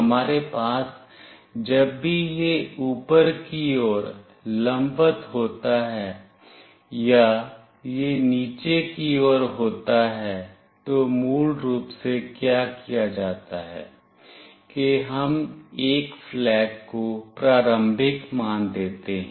हमारे पास जब भी यह ऊपर की ओर लंबवत होता है या यह नीचे की ओर होता है तो मूल रूप से क्या किया जाता है कि हम एक flag को प्रारंभिक मान देते हैं